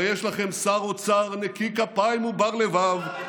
הרי יש לכם שר אוצר נקי כפיים ובר-לבב,